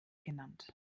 genannt